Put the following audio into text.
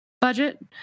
budget